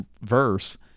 verse